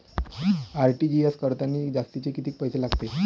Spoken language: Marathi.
आर.टी.जी.एस करतांनी जास्तचे कितीक पैसे लागते?